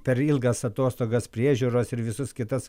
per ilgas atostogas priežiūros ir visus kitas